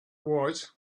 was